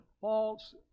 false